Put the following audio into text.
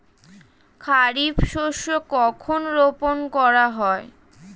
খারিফ শস্য কখন রোপন করা হয়?